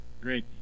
Great